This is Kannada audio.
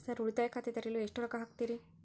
ಸರ್ ಉಳಿತಾಯ ಖಾತೆ ತೆರೆಯಲು ಎಷ್ಟು ರೊಕ್ಕಾ ಆಗುತ್ತೇರಿ?